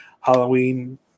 Halloween